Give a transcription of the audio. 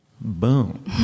Boom